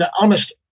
honest